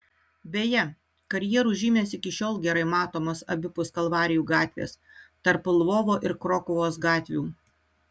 beje karjerų žymės iki šiol gerai matomos abipus kalvarijų gatvės tarp lvovo ir krokuvos gatvių